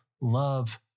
love